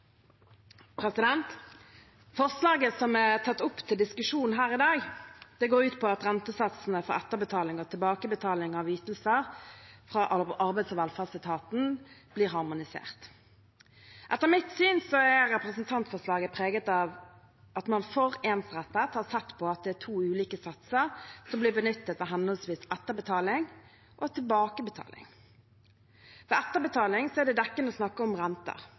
det forslaget hun refererte til. Forslaget som er tatt opp til diskusjon her i dag, går ut på at rentesatsene for etterbetaling og tilbakebetaling av ytelser fra Arbeids- og velferdsetaten blir harmonisert. Etter mitt syn er representantforslaget preget av at man for ensrettet har sett på at det er to ulike satser som blir benyttet ved henholdsvis etterbetaling og tilbakebetaling. Ved etterbetaling er det dekkende å snakke om